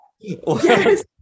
Yes